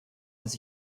dass